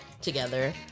together